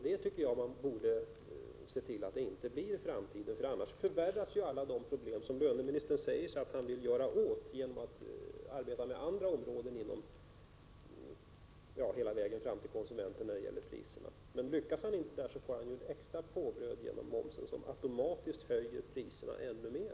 Jag tycker att man borde se till att det inte blir några sådana i framtiden; annars förvärras alla de problem när det gäller priserna som löneministern säger att han vill göra någonting åt genom att arbeta med andra områden ända fram till konsumenterna. Lyckas han inte med det får vi ett extra påbröd genom att momsen automatiskt höjer priserna ännu mer.